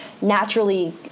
naturally